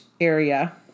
area